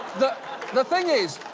the the thing is,